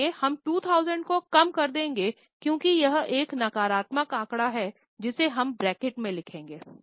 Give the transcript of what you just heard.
इसलिए हम 2000 को कम कर देंगे क्योंकि यह एक नकारात्मक आंकड़ा है जिसे हम ब्रैकेट में लिखेंगे